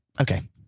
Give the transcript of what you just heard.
Okay